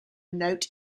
note